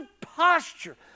posture